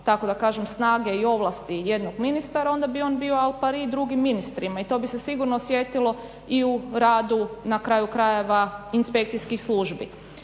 tako da kažem snage i ovlasti jednog ministara, onda bi on bio al pari drugim ministrima i to bi se sigurno osjetilo i u radu, na kraju krajeva inspekcijskih službi.